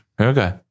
Okay